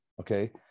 Okay